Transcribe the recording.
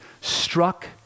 struck